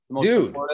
Dude